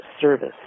Service